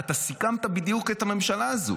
סיכמת בדיוק את הממשלה הזאת,